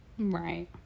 right